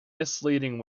misleading